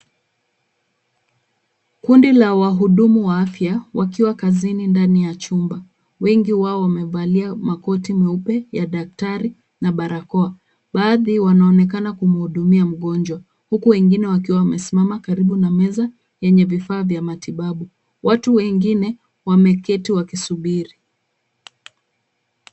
Kundi la wahudumu wa afya wakiwa kazini ndani ya chumba. Wengi wao wamevalia makoti meupe ya daktari na barakoa. Baadhi wanaonekana kumhudumia mgonjwa, huku wengine wakiwa wamesimama karibu na meza yenye vifaa vya matibabu. Watu wengine wameketi wakisubiri.